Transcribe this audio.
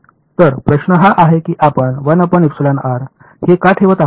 तर प्रश्न हा आहे की आपण हे का ठेवत आहोत